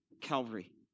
Calvary